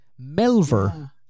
Melver